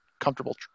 comfortable